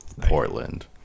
Portland